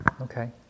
Okay